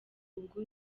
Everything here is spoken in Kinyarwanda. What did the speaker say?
ubwo